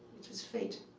it's fate,